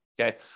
okay